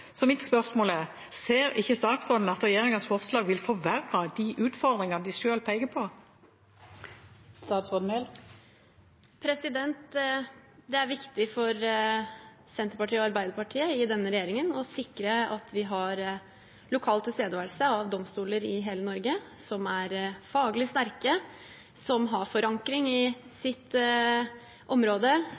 Så mitt spørsmål er: Ser ikke statsråden at regjeringens forslag vil forverre de utfordringene de selv peker på? Det er viktig for Senterpartiet og Arbeiderpartiet i denne regjeringen å sikre at vi har lokal tilstedeværelse av domstoler i hele Norge som er faglig sterke, som har forankring i sitt område,